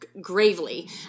gravely